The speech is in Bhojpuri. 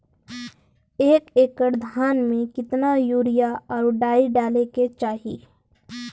एक एकड़ धान में कितना यूरिया और डाई डाले के चाही?